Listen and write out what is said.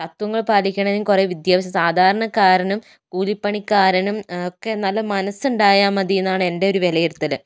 തത്ത്വങ്ങൾ പാലിക്കണം എങ്കിൽ കുറെ വിദ്യാഭ്യാസം സാധാരണക്കാരനും കൂലിപണിക്കാരനും ഒക്കെ നല്ല മനസ്സ് ഉണ്ടായാൽ മതി എന്നാണ് എൻ്റെ ഒരു വിലയിരുത്തല്